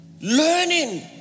Learning